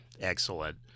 excellent